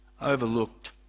overlooked